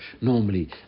normally